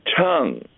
tongue